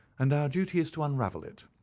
and our duty is to unravel it,